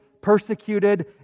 persecuted